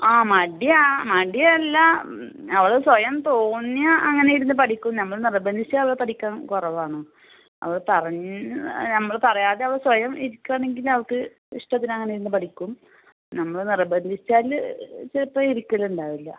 ആ മടി ആ മടിയല്ല അവൾ സ്വയം തോന്നിയാൽ അങ്ങനെ ഇരുന്ന് പഠിക്കും നമ്മൾ നിർബന്ധിച്ചാൽ അവൾ പഠിക്കാൻ കുറവാണ് നമ്മൾ പറഞ്ഞ് നമ്മൾ പറയാതെ അവൾ സ്വയം ഇരിക്കുവാണെങ്കിൽ പിന്നെ അവൾക്ക് ഇഷ്ടത്തിനങ്ങനെ ഇരുന്ന് പഠിക്കും നമ്മൾ നിർബന്ധിച്ചാൽ ചിലപ്പം ഇരിക്കലിണ്ടാവില്ല